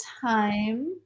time